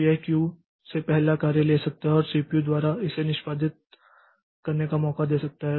तो यह क्यू से पहला कार्य ले सकता है और सीपीयू द्वारा इसे निष्पादित करने का मौका दे सकता है